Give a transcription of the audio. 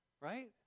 right